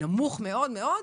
נמוך מאוד מאוד.